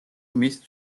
მის